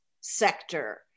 sector